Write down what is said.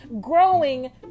growing